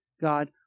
God